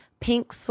pink